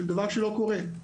זה דבר שלא קורה.